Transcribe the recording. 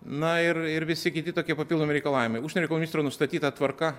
na ir ir visi kiti tokie papildomi reikalavimai užsienio reikalų ministro nustatyta tvarka